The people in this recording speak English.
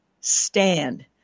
stand